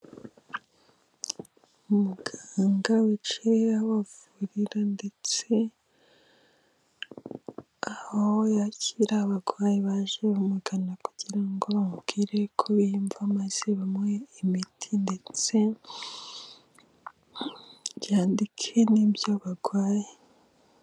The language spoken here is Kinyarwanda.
Muganga wicaye aho bavurira ndetse aho yakira abarwayi, baje bamugana kugira ngo bamubwire uko biyumva maze bamuhe imiti ndetse yandike n'ibyo barwaye.